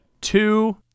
Two